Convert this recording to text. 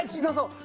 he goes